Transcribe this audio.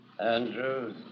Andrews